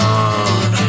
on